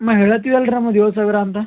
ನಾ ಹೇಳತ್ತಿವಲ್ರಿ ನಮ್ಮದು ಏಳು ಸಾವಿರ ಅಂತ